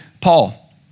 Paul